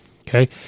Okay